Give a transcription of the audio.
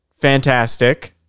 fantastic